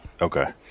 Okay